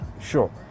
Sure